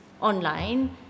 online